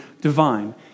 divine